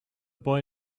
boy